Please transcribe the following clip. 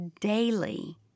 daily